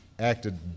acted